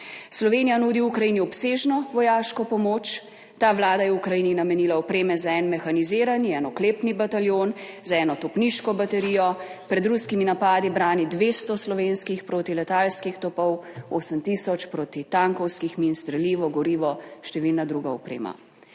Slovenija nudi Ukrajini obsežno vojaško pomoč. Ta vlada je Ukrajini namenila opreme za en mehanizirani, en oklepni bataljon, za eno topniško baterijo, pred ruskimi napadi brani 200 slovenskih proti letalskih topov, 8 tisoč proti tankovskih min, strelivo, gorivo, številna druga oprema.